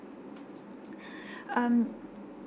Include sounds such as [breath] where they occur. [breath] um